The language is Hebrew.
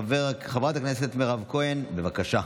חברת הכנסת מירב כהן, בבקשה.